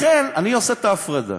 לכן, אני עושה את ההפרדה.